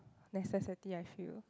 necessity I feel